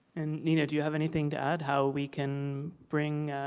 and nina, do you have anything to add, how we can bring